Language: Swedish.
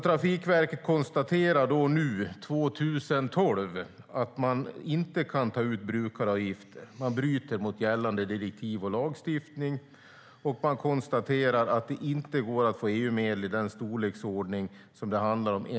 Trafikverket konstaterar alltså nu, år 2012, att man inte kan ta ut brukaravgifter utan att bryta mot gällande direktiv och lagstiftning. Man konstaterar också att det enligt dagens regelverk inte går att få EU-medel i den storleksordning som det handlar om.